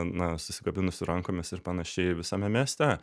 na susikabinus rankomis ir panašiai visame mieste